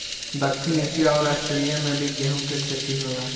दक्षिण एशिया अउर आस्ट्रेलिया में भी गेंहू के खेती होला